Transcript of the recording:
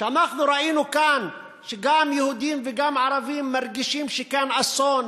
שאנחנו ראינו כאן שגם יהודים וגם ערבים מרגישים שיש כאן אסון,